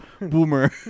boomer